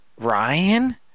Ryan